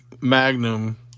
magnum